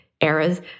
eras